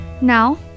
Now